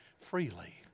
freely